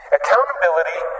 Accountability